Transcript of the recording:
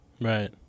Right